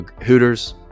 Hooters